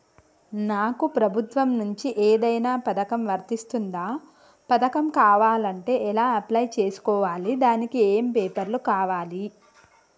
నాకు ప్రభుత్వం నుంచి ఏదైనా పథకం వర్తిస్తుందా? పథకం కావాలంటే ఎలా అప్లై చేసుకోవాలి? దానికి ఏమేం పేపర్లు కావాలి?